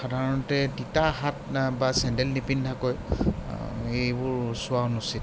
সাধাৰণতে তিতা হাত বা চেন্দেল নিপিন্ধাকৈ এইবোৰ চোৱা অনুচিত